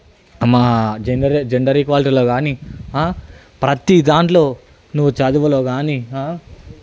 మా gender gender ఈక్వాలిటీలో కాని ప్రతి దాంట్లో చదువులో కాని